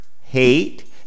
hate